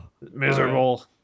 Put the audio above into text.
miserable